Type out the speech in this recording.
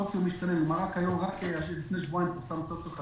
רק לפני שבועיים פורסם דירוג סוציו-אקונומי